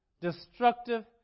destructive